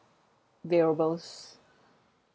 variables